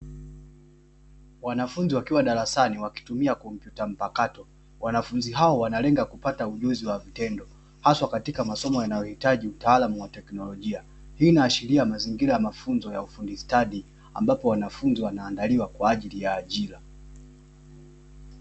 Wanafunzi wakiwa darasani wakitumia kompyuta mpakato, wanafunzi hao wanalenga kupata ujuzi wa vitendo, haswa katika masomo yanayohitaji utaalamu wa teknolojia. Hii inaashiria mazingira ya mafunzo ya ufundi stadi, ambapo wanafunzi wanaandaliwa kwa ajili ya ajira.